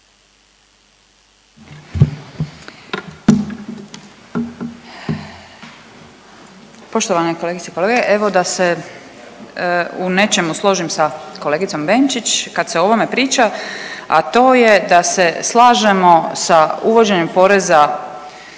Poštovane kolegice i kolege, evo da se u nečemu složim sa kolegicom Benčić kad se o ovome priča, a to je da se slažemo sa uvođenjem poreza